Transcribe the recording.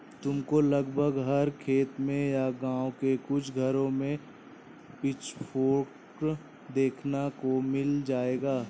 तुमको लगभग हर खेत में या गाँव के कुछ घरों में पिचफोर्क देखने को मिल जाएगा